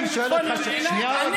אני פוגע בביטחון המדינה?